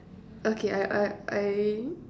okay I I I